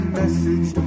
message